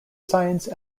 science